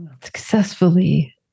Successfully